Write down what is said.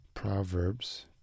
Proverbs